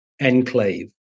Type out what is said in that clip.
enclave